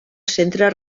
centre